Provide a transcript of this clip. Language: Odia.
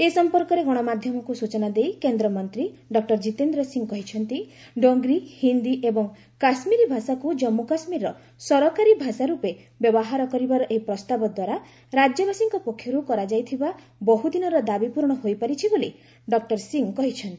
ଏ ସମ୍ପର୍କରେ ଗଣମାଧ୍ୟମକୁ ସୂଚନା ଦେଇ କେନ୍ଦ୍ରମନ୍ତ୍ରୀ ଡକ୍ଟର କିତେନ୍ଦ୍ର ସିଂହ କହିଛନ୍ତି ଡୋଗ୍ରୀ ହିନ୍ଦୀ ଏବଂ କାଶ୍ମିରୀ ଭାଷାକୁ ଜନ୍ମୁ କାଶ୍ମୀରର ସରକାରୀ ଭାଷା ରୂପେ ବ୍ୟବହାର କରିବାର ଏହି ପ୍ରସ୍ତାବଦ୍ୱାରା ରାଜ୍ୟବାସୀଙ୍କ ପକ୍ଷରୁ କରାଯାଉଥିବା ବହୁଦିନର ଦାବି ପୂରଣ ହୋଇପାରିଛି ବୋଲି ଡକ୍ଟର ସିଂହ କହିଚ୍ଛନ୍ତି